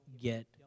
get